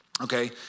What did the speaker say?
okay